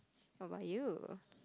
what about you